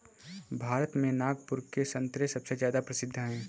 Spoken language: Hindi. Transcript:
भारत में नागपुर के संतरे सबसे ज्यादा प्रसिद्ध हैं